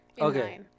Okay